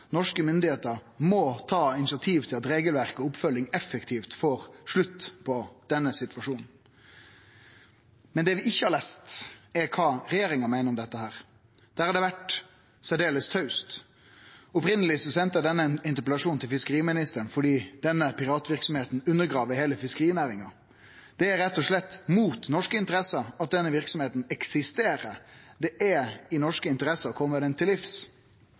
Norske myndigheiter må ta initiativ til at regelverk og oppfølging effektivt får slutt på denne situasjonen. Men det vi ikkje har lese, er kva regjeringa meiner om dette. Der har det vore særdeles taust. Opphavleg sende eg denne interpellasjonen til fiskeriministeren fordi denne piratverksemda undergrev heile fiskerinæringa. Det er rett og slett imot norske interesser at denne verksemda eksisterer. Det er i norske interesser å kome henne til livs.